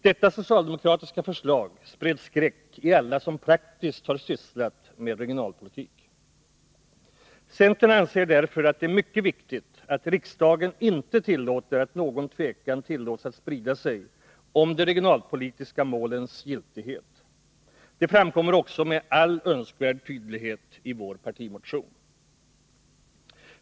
Detta socialdemokratiska förslag spred skräck i alla som praktiskt har sysslat med regionalpolitik. Centern anser därför att det är mycket viktigt att riksdagen inte tillåter att någon tvekan tillåts att sprida sig om de regionalpolitiska målens giltighet. Detta framkommer också med all önskvärd tydlighet i vår partimotion.